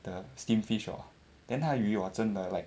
the steamed fish hor then 她的鱼 hor 真的 like